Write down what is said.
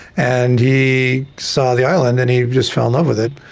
and he saw the island and he just fell in love with it.